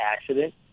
accident